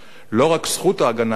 לא רק זכות ההגנה העצמית,